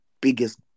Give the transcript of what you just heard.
biggest